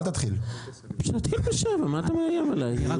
זה לא